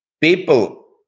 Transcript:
people